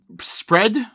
spread